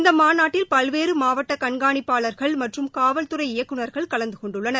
இந்த மாநாட்டில் பல்வேறு மாவட்ட கண்காணிப்பாளர்கள் மற்றும் காவல்துறை இயக்குநர்கள் கலந்து கொண்டுள்ளனர்